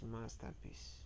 masterpiece